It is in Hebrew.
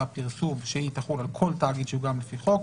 והפרסום שתחול על כל תאגיד שהוא גם לפי חוק.